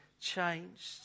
changed